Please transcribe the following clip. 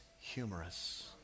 humorous